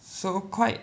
so quite